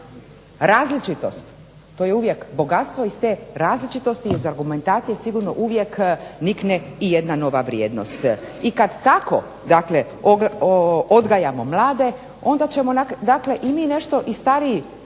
različitosti. To je uvijek bogatstvo. Iz te različitosti i iz argumentacije sigurno uvijek nikne i jedna nova vrijednost. I kad tako, dakle odgajamo mlade onda ćemo dakle i mi nešto i stariji